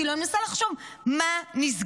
כאילו, אני מנסה לחשוב, מה נסגר?